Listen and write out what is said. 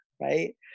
right